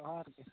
ᱡᱚᱦᱟᱨ ᱜᱮ